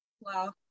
wow